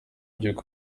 ibyo